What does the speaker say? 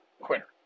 quitter